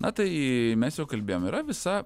na tai mes jau kalbėjom yra visa